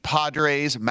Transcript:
Padres